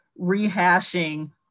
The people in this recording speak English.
rehashing